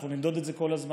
אנחנו נמדוד את זה כל הזמן.